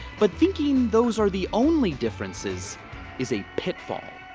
but thinking those are the only difference is is a pitfall,